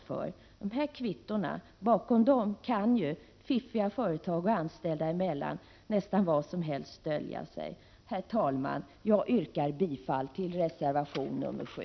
Bakom de här kvittona kan ju fiffiga företagare och anställda emellan nästan vad som helst dölja sig. Herr talman! Jag yrkar bifall till reservation 7.